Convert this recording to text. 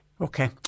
Okay